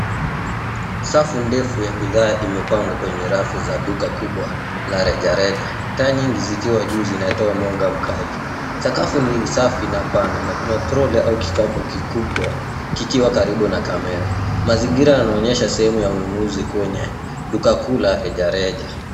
Safu ndefu ya bidhaa imepangwa kwenye rafu za duka kubwa la reja reja. Taa nyingi zikiwa juu zinatoa mwanga mkali. Sakafu ni safi na pana na kuna troli na kikapu kikubwa kikiwa karibu na kamera. Mazingira yanaonyesha sehemu ya ununuzi kuu yenye duka kuu la rejareja.